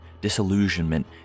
Disillusionment